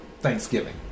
Thanksgiving